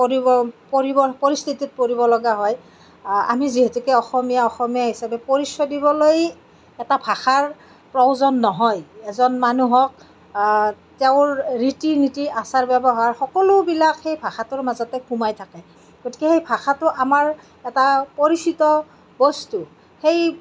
পৰিৱ পৰিবৰ পৰিস্থিতিত পৰিবলগীয়া হয় আমি যিহেতুকে অসমীয়া অসমীয়া হিচাপে পৰিচয় দিবলৈ এটা ভাষাৰ প্ৰয়োজন নহয় এজন মানুহক তেওঁৰ ৰীতি নীতি আচাৰ ব্য়ৱহাৰ সকলোবিলাক সেই ভাষাটোৰ মাজতে সোমাই থাকে গতিকে সেই ভাষাটো আমাৰ এটা পৰিচিত বস্তু সেই